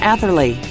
Atherley